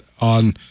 on